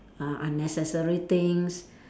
uh unnecessary things